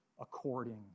according